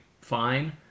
fine